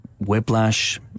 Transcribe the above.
Whiplash